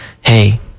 hey